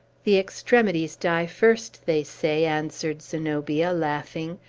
the extremities die first, they say, answered zenobia, laughing.